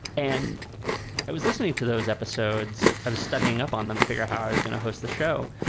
and i was listening to those episodes. i was studying up on them to figure out how i was going to host the show.